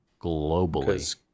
Globally